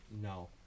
No